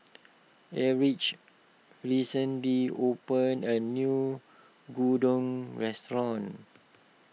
Erich recently opened a new Gyudon restaurant